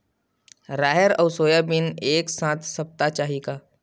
राहेर अउ सोयाबीन एक साथ सप्ता चाही का?